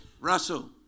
Russell